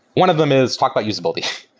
one of them is talk about usability.